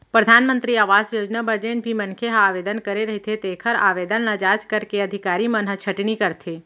परधानमंतरी आवास योजना बर जेन भी मनखे ह आवेदन करे रहिथे तेखर आवेदन ल जांच करके अधिकारी मन ह छटनी करथे